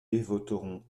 voteront